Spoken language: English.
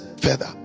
further